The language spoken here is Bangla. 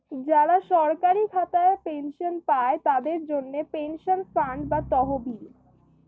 যারা সরকারি খাতায় পেনশন পায়, তাদের জন্যে পেনশন ফান্ড বা তহবিল